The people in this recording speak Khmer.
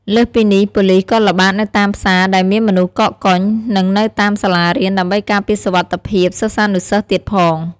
លើសពីនេះ ប៉ូលិសក៏ល្បាតនៅតាមផ្សារដែលមានមនុស្សកកកុញ និងនៅតាមសាលារៀនដើម្បីការពារសុវត្ថិភាពសិស្សានុសិស្សទៀតផង។